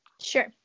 sure